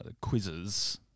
quizzes